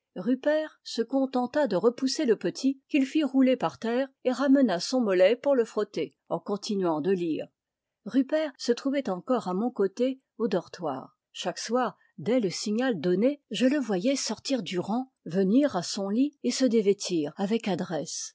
rtfpèrt sq contenta de repousser le petit qu'il fit rouler par terre et ramena son mollet pour le frotter en continuant de lire rupert se trouvait encore à mon côté au dortoir chaque soir dès le signal donné je le voyais sortir du rang venir à son lit et se dévêtir avec adresse